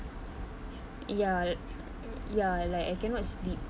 ya ya like I cannot sleep